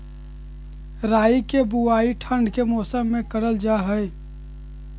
राई के बुवाई ठण्ड के मौसम में करल जा हइ